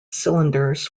cylinders